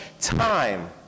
time